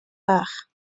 bach